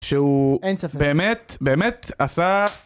שהוא באמת באמת עשה